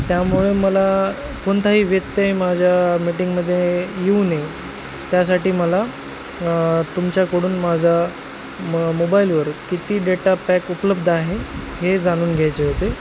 त्यामुळे मला कोणताही व्यत्यय माझ्या मिटिंगमध्ये येऊ नये त्यासाठी मला तुमच्याकडून माझा म मोबाईलवर किती डेटा पॅक उपलब्ध आहे हे जाणून घ्यायचे होते